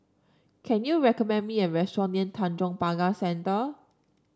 can you recommend me a restaurant near Tanjong Pagar Centre